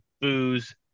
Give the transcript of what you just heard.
booze